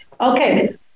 Okay